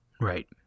Right